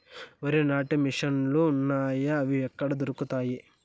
వరి నాటే మిషన్ ను లు వున్నాయా? అవి ఎక్కడ దొరుకుతాయి?